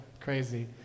crazy